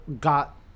got